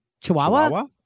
Chihuahua